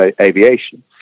aviation